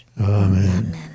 Amen